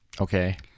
Okay